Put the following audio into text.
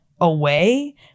away